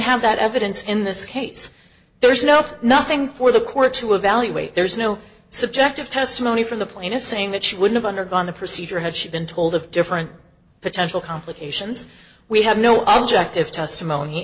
have that evidence in this case there's no nothing for the court to evaluate there's no subjective testimony from the plaintiff saying that she would have undergone the procedure had she been told of different potential complications we have no object of testimony